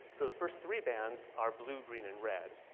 so the first three bands are blue, green, and red.